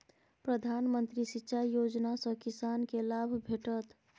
प्रधानमंत्री सिंचाई योजना सँ किसानकेँ लाभ भेटत